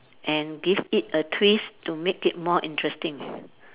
and give it a twist to make it more interesting